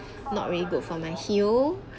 not really good for my heel